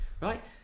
right